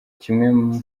kimwe